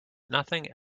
nothing